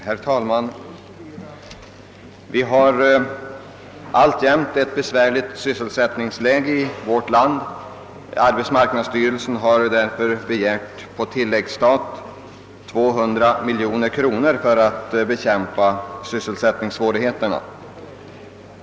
Herr talman! Vi har alltjämt ett besvärligt sysselsättningsläge i vårt land. Arbetsmarknadsstyrelsen har därför på tilläggsstat begärt 200 miljoner kronor för att bekämpa sysselsättningssvårigheterna.